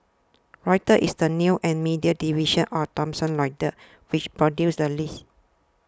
Reuters is the news and media division of Thomson Reuters which produced the list